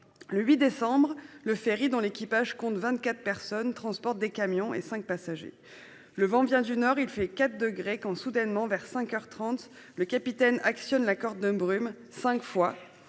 Ce 8 décembre, le ferry, dont l'équipage compte 24 personnes, transporte des camions et cinq passagers. Le vent vient du nord, il fait 4 degrés Celsius. Soudain, vers cinq heures trente, le capitaine actionne la corne de brume, cinq fois.